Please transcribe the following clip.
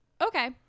Okay